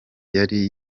yari